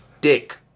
dick